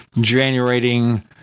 generating